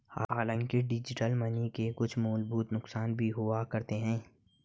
हांलाकि digital money के कुछ मूलभूत नुकसान भी हुआ करते हैं